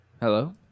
Hello